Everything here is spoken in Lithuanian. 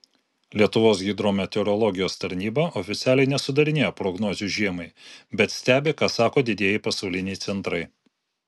lietuvos hidrometeorologijos tarnyba oficialiai nesudarinėja prognozių žiemai bet stebi ką sako didieji pasauliniai centrai